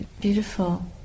beautiful